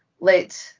let